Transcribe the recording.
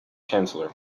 chancellor